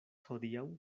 hodiaŭ